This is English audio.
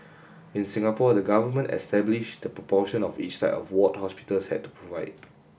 in Singapore the government established the proportion of each type of ward hospitals had to provide